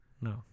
No